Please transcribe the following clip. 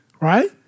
right